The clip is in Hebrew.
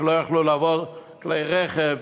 מפני שלא יכלו לבוא כלי רכב,